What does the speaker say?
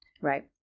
right